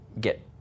get